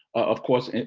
of course, and